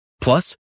Plus